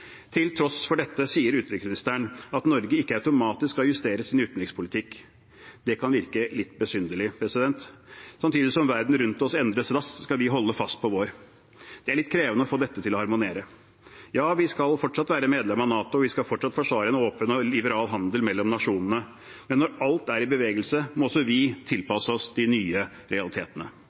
Til tross for dette sier utenriksministeren at Norge ikke automatisk skal justere sin utenrikspolitikk. Det kan virke litt besynderlig. Samtidig som verden rundt oss endres raskt, skal vi holde fast på vår. Det er litt krevende å få dette til å harmonere. Ja, vi skal fortsatt være medlem av NATO, og vi skal fortsatt forsvare en åpen og liberal handel mellom nasjonene, men når alt er i bevegelse, må også vi tilpasse oss de nye realitetene.